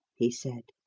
he said.